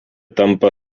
tampa